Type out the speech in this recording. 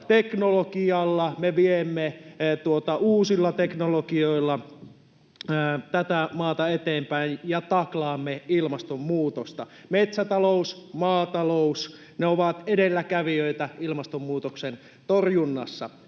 teknologioilla me viemme tätä maata eteenpäin ja taklaamme ilmastonmuutosta. Metsätalous, maatalous, ne ovat edelläkävijöitä ilmastonmuutoksen torjunnassa.